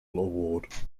award